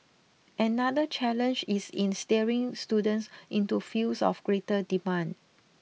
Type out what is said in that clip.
another challenge is in steering students into fields of greater demand